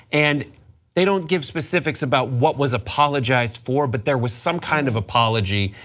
and they don't give specifics about what was apologized for but there was some kind of apology.